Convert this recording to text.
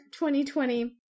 2020